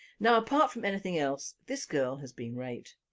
now apart from anything else this girl has been raped,